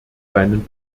deinen